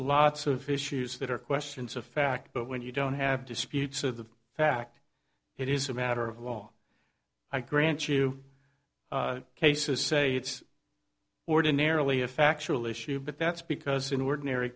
lots of issues that are questions of fact but when you don't have disputes of the fact it is a matter of law i grant you cases say it's ordinarily a factual issue but that's because in ordinary